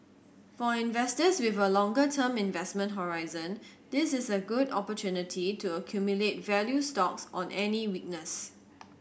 for investors with a longer term investment horizon this is a good opportunity to accumulate value stocks on any weakness